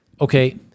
okay